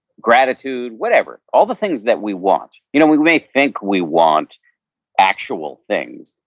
gratitude, whatever, all the things that we want. you know we may think we want actual things,